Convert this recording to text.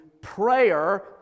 prayer